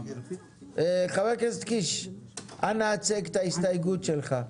חבר הכנסת קיש, אנא הצג את ההסתייגות שלך.